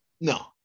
No